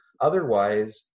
Otherwise